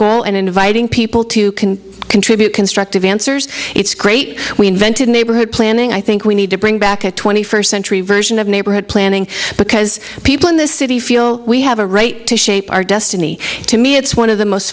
goal and inviting people too can contribute constructive answers it's great we invented neighborhood planning i think we need to bring back a twenty first century version of neighborhood planning because people in this city feel we have a right to shape our destiny to me it's one of the most